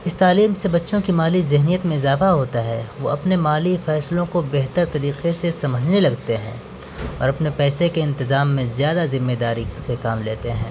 اس تعلیم سے بچوں کی مالی ذہنیت میں اضافہ ہوتا ہے وہ اپنے مالی فیصلوں کو بہتر طریقے سے سمجھنے لگتے ہیں اور اپنے پیسے کے انتظام میں زیادہ ذمہ داری سے کام لیتے ہیں